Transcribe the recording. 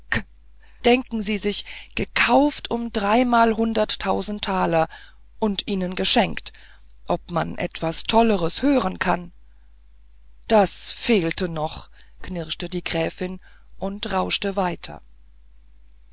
gek denken sie sich gekauft um dreimalhunderttausend taler und ihnen geschenkt ob man etwas tolleres hören kann das fehlte noch knirschte die gräfin und rauschte weiter